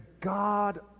God